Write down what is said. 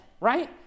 right